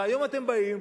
והיום אתם באים,